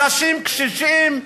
אנשים קשישים,